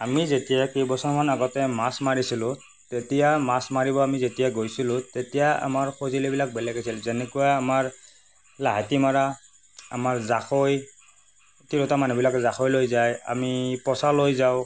আমি যেতিয়া কেইবছৰমান আগতে মাছ মাৰিছিলোঁ তেতিয়া মাছ মাৰিব আমি যেতিয়া গৈছিলোঁ তেতিয়া আমাৰ সঁজুলিবিলাক বেলেগ আছিল যেনেকুৱা আমাৰ লাহতী মৰা আমাৰ জাকৈ তিৰোতা মানুহবিলাকে জাকৈ লৈ যায় আমি পঁচা লৈ যাওঁ